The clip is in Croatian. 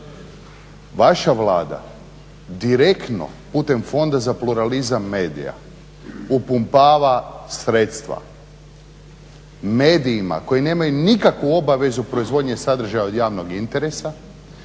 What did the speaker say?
Vaša Vlada direktno putem Fonda za pluralizam medija upumpava sredstva medijima koji nemaju nikakvu obavezu proizvodnje sadržaja od javnog interesa,